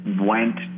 Went